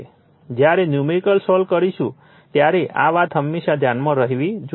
જ્યારે numerical solve કરીશું ત્યારે આ વાત હંમેશા ધ્યાનમાં રહેવી જોઈએ